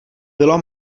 bylo